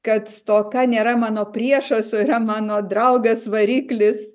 kad stoka nėra mano priešas o yra mano draugas variklis